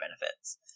benefits